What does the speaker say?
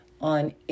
on